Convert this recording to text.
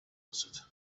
answered